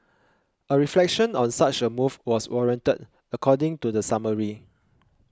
a reflection on such a move was warranted according to the summary